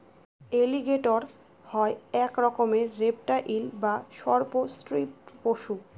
এলিগেটের হয় এক রকমের রেপ্টাইল বা সর্প শ্রীপ পশু